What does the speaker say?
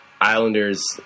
Islanders